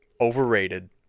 overrated